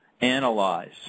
analyze